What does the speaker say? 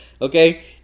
Okay